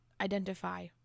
identify